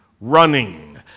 running